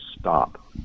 stop